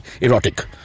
erotic